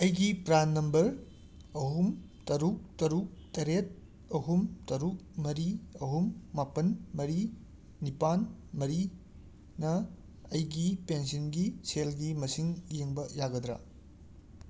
ꯑꯩꯒꯤ PRAN number ꯑꯍꯨꯝ ꯇꯔꯨꯛ ꯇꯔꯨꯛ ꯇꯔꯦꯠ ꯑꯍꯨꯝ ꯇꯔꯨꯛ ꯃꯔꯤ ꯑꯍꯨꯝ ꯃꯥꯄꯟ ꯃꯔꯤ ꯅꯤꯄꯥꯟ ꯃꯔꯤꯅ ꯑꯩꯒꯤ ꯄꯦꯟꯁꯤꯟꯒꯤ ꯁꯦꯜꯒꯤ ꯃꯁꯤꯡ ꯌꯦꯡꯕ ꯌꯥꯒꯗ꯭ꯔ